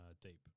deep